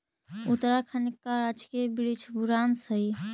उत्तराखंड का राजकीय वृक्ष बुरांश हई